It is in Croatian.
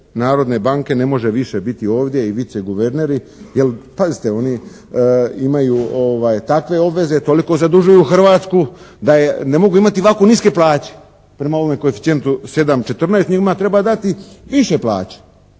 Narodne banke ne može više biti ovdje i viceguverneri jer pazite oni imaju takve obveze, toliko zadužuju Hrvatsku da ne mogu imati ovako niske plaće prema ovome koeficijentu 7,14 njima treba dati više plaće.